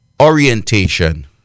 orientation